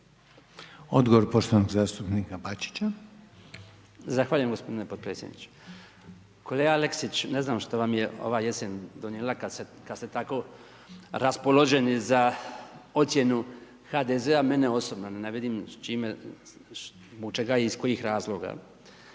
Odgovor poštovanog zastupnika Bačića. **Bačić, Branko (HDZ)** Zahvaljujem gospodine potpredsjedniče. Kolega Aleksić, ne znam što vam je ova jesen donijela, kada ste tako raspoloženi za ocjenu HDZ-a, mene osobno ne vidim s čime i zbog čega i s kojih razloga.